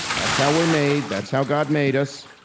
that's how we're made, that's how god made us,